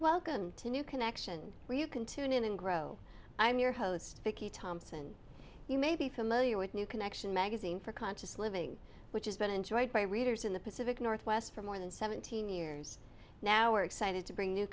new connection where you can tune in and grow i'm your host vicky thompson you may be familiar with new connection magazine for conscious living which has been enjoyed by readers in the pacific northwest for more than seventeen years now we're excited to bring new